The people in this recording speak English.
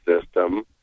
system